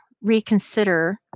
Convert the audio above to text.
reconsider